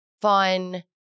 fun